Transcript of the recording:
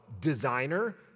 designer